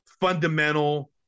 fundamental